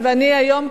ואני היום,